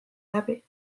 läbi